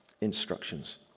instructions